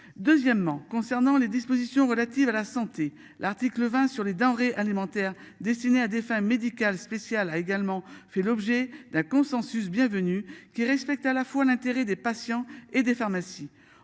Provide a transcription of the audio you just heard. Deuxièmement, concernant les dispositions relatives à la santé. L'article 20 sur les denrées alimentaires destinées à des fins médicales spécial a également fait l'objet d'un consensus bienvenue qui respecte à la fois l'intérêt des patients et des pharmacies